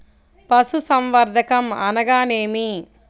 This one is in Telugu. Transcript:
పశుసంవర్ధకం అనగానేమి?